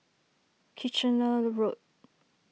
Kitchener Road